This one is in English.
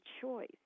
choice